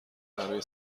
برای